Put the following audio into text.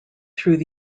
through